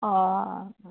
অঁ অঁ অঁ